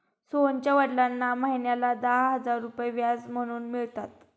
सोहनच्या वडिलांना महिन्याला दहा हजार रुपये व्याज म्हणून मिळतात